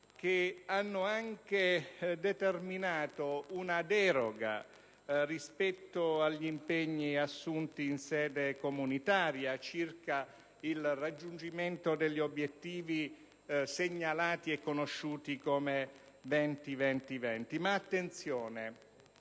che hanno anche determinato una deroga rispetto agli impegni, assunti in sede comunitaria, circa il raggiungimento dell'obiettivo segnalato e conosciuto come "20-20-20".